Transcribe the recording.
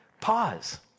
pause